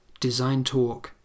designtalk